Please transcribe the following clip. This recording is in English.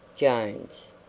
jones.